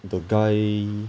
the guy